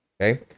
okay